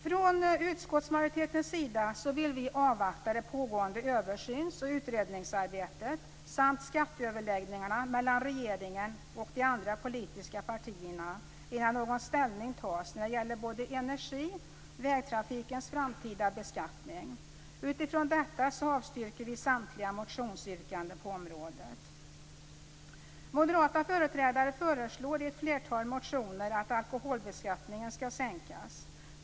Från utskottsmajoritetens sida vill vi avvakta det pågående översyns och utredningsarbetet samt skatteöverläggningarna mellan regeringen och de andra politiska partierna innan någon ställning tas när det gäller både energins och vägtrafikens framtida beskattning. Utifrån detta avstyrker vi samtliga motionsyrkanden på området. Moderata företrädare föreslår i ett flertal motioner att alkoholbeskattningen skall sänkas.